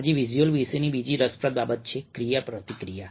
આજે વિઝ્યુઅલ્સ વિશેની બીજી રસપ્રદ બાબત છે ક્રિયાપ્રતિક્રિયા